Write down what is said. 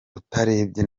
utarebye